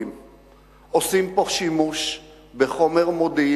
זאב אלקין (הליכוד): באופן מפתיע